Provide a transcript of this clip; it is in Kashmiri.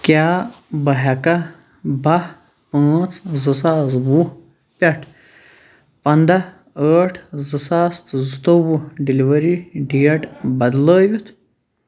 کیٛاہ بہٕ ہٮ۪کا باه پانٛژھ زٕ ساس وُہ پٮ۪ٹھ پنداه ٲٹھ زٕ ساس تہٕ زٕتووُه ڈیلیوری ڈیٹ بدلٲوِتھ